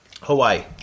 Hawaii